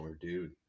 dude